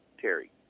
Terry